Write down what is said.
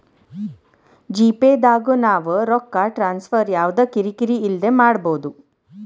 GPay ದಾಗು ನಾವ್ ರೊಕ್ಕ ಟ್ರಾನ್ಸ್ಫರ್ ಯವ್ದ ಕಿರಿ ಕಿರಿ ಇಲ್ದೆ ಮಾಡ್ಬೊದು